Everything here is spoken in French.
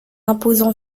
imposant